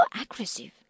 aggressive